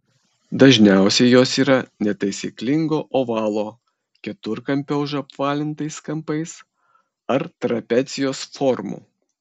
dažniausiai jos yra netaisyklingo ovalo keturkampio užapvalintais kampais ar trapecijos formų